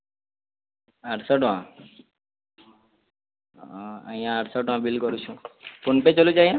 ଆଠ ଶହ ଟଙ୍କା ଆଜ୍ଞା ଆଠ ଶହ ଟଙ୍କା ବିଲ୍ କରିଛୁଁ ଫୋନ୍ପେ ଚଲୁଛେ ଆଜ୍ଞା